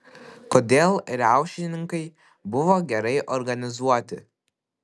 kodėl riaušininkai buvo gerai organizuoti